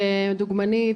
דוגמנית,